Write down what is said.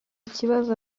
ikibazo